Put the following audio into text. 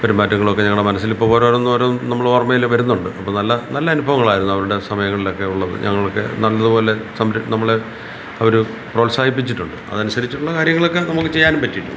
പെരുമാറ്റങ്ങളൊക്കെ ഞങ്ങളുടെ മനസ്സിൽ ഇപ്പോൾ ഓരോന്നും ഓരോ നമ്മളുടെ ഓർമ്മയിൽ വരുന്നുണ്ട് അപ്പോൾ നല്ല നല്ല അനുഭവങ്ങളായിരുന്നു അവരുടെ സമയങ്ങളിലൊക്കെ ഉള്ളത് ഞങ്ങൾക്ക് നല്ലതുപോലെ സംര നമ്മളെ അവർ പ്രോത്സാഹിപ്പിച്ചിട്ടുണ്ട് അതനുസരിച്ച് ഉള്ള കാര്യങ്ങളൊക്കെ നമുക്ക് ചെയ്യാനും പറ്റീട്ടുണ്ട്